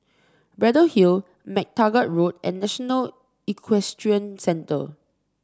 Braddell Hill MacTaggart Road and National Equestrian Centre